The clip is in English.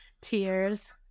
Tears